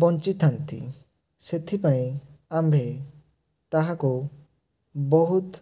ବଞ୍ଚିଥାନ୍ତି ସେଥିପାଇଁ ଆମ୍ଭେ ତାହାକୁ ବହୁତ